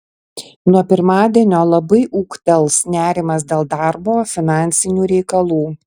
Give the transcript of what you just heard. nuo pirmadienio labai ūgtels nerimas dėl darbo finansinių reikalų